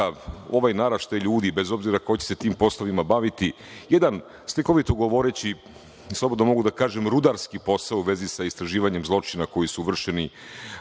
ovaj naraštaj ljudi, bez obzira ko će se tim poslovima baviti. Jedan, slikovito govoreći, slobodno mogu da kažem, rudarski posao u vezi sa istraživanjem zločina koji su vršeni